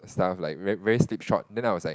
stuff like very very slipshod then I was like